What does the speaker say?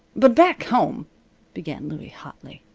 but back home began louie, hotly.